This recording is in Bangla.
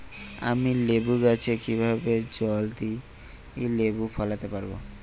আমি লেবু গাছে কিভাবে জলদি লেবু ফলাতে পরাবো?